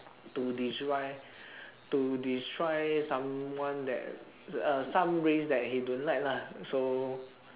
to destroy to destroy someone that uh some race that he don't like lah so